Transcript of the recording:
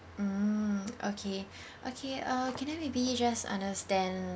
mm okay okay uh can I maybe just understand